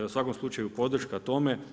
U svakom slučaju podrška tome.